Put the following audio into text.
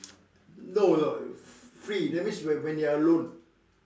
no no free that means when when you're alone